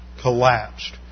collapsed